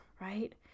right